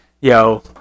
yo